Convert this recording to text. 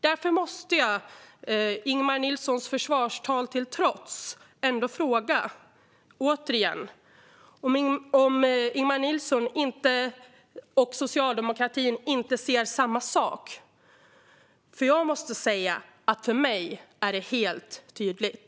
Därför måste jag Ingemar Nilssons försvarstal till trots återigen fråga om Ingemar Nilsson och Socialdemokraterna inte ser samma sak. För mig är det helt tydligt.